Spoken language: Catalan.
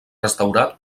restaurat